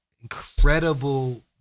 incredible